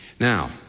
Now